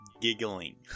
giggling